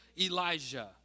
Elijah